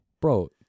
Bro